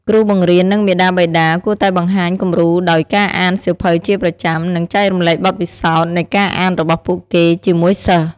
គ្រូបង្រៀន និងមាតាបិតាគួរតែបង្ហាញគំរូដោយការអានសៀវភៅជាប្រចាំ និងចែករំលែកបទពិសោធន៍នៃការអានរបស់ពួកគេជាមួយសិស្ស។